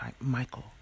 Michael